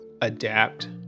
adapt